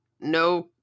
no